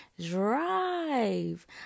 Drive